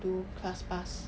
do class pass